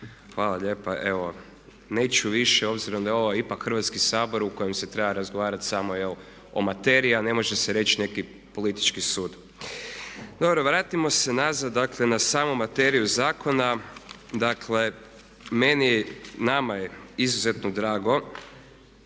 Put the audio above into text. Hvala lijepa. Evo neću više, obzirom da je ovo ipak Hrvatski sabor u kojem se treba razgovarati samo jel o materiji a ne može se reći neki politički sud. Dobro, vratimo se nazad na samu materiju zakona. Dakle meni, nama je izuzetno drago